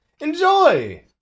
Enjoy